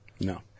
No